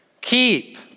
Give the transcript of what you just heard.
Keep